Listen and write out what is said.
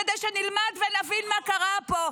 כדי שנלמד ונבין מה קרה פה.